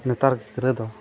ᱱᱮᱛᱟᱨ ᱜᱤᱫᱽᱨᱟᱹ ᱫᱚ